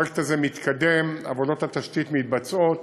הפרויקט הזה מתקדם, עבודות התשתית מתבצעות,